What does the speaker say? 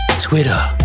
Twitter